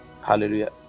Hallelujah